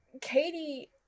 Katie